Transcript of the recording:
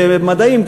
למדעים.